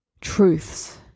truths